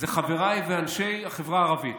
חבריי ואנשי החברה הערבית.